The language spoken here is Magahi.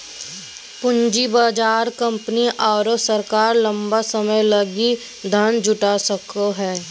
पूँजी बाजार कंपनी आरो सरकार लंबा समय लगी धन जुटा सको हइ